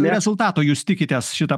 rezultato jūs tikitės šitą